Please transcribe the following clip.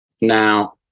Now